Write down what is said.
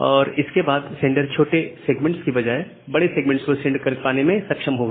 और इसके बाद सेंडर छोटे सेगमेंट की बजाए बड़े सेगमेंट को सेंड कर पाने में सक्षम होगा